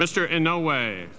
mr and no way